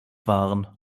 waren